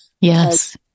Yes